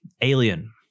Alien